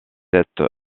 cette